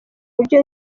buryo